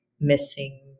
missing